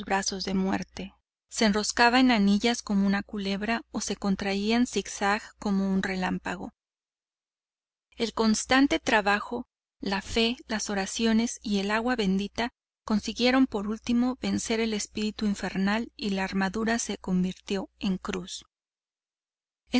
abrazos de muerte se enroscaba en anillos como una culebra o se contraía en zigzag como un relámpago el constante trabajo la fe las oraciones y el agua bendita consiguieron por último vencer al espíritu infernal y la armadura se convirtió en una cruz esa